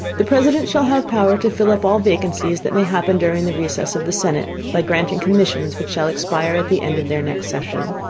the president shall have power to fill up all vacancies that may happen during the recess of the senate, by granting commissions which shall expire at the end of their next session.